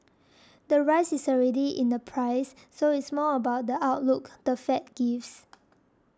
the rise is already in the price so it's more about the outlook the Fed gives